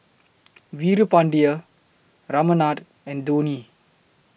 Veerapandiya Ramanand and Dhoni